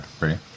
Ready